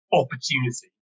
opportunity